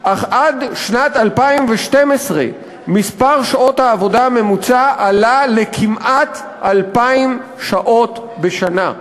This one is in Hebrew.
אך עד שנת 2012 מספר שעות העבודה הממוצע עלה לכמעט 2,000 שעות בשנה.